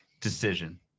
decision